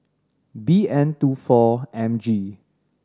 B N two four M G